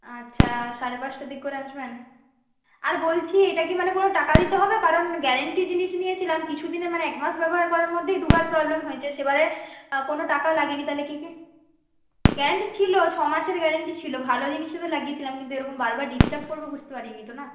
আচ্ছা সাড়ে পাঁচটার দিক করে আসবেন আর বলছি এটা কি মানে কোনো টাকা দিতে হবে কারণ গ্যারেন্টি জিনিস নিয়েছিলাম কিছু দিনে মানে এক মাস ব্যবহার করার মধ্যেই দুবার প্রবলেম হয়েছে সেবারে কোনো টাকা লাগে নি তাহলে কি কি গ্যারেন্টি ছিলো ছ মাসের গ্যারেন্টি ছিলো ভালো জিনিসই তো লাগিয়েছিলাম কিন্তু এরকম বারবার ডিস্টার্ব করবে বুঝতে পারি নি তো না